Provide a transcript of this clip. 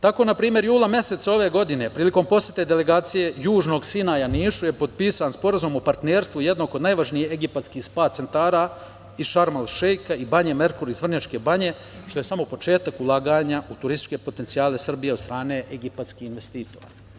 Tako npr. jula meseca ove godine prilikom posete delegacije Južnog Sinaja Nišu je potpisan Sporazum o partnerstvu jednog od najvažnijih egipatskih spa-centara iz Šarm El Šeika i „Banje Merkur“ iz Vrnjačke Banje, što je samo početak ulaganja u turističke potencijale Srbije od strane egipatskih investitora.